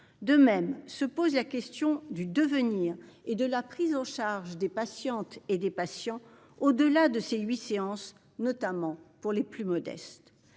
De même se pose la question du devenir et de la prise en charge des patientes et des patients au-delà de ces huit séances, notamment pour les plus modestes